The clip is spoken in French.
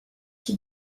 qui